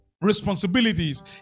responsibilities